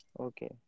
okay